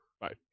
Bye